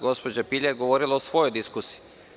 Gospođa Pilja je govorila o svojoj diskusiji.